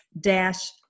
dash